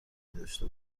داشته